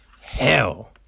hell